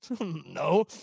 No